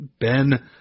Ben